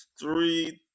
three